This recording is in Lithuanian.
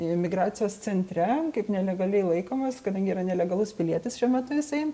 imigracijos centre kaip nelegaliai laikomas kadangi yra nelegalus pilietis šiuo metu jisai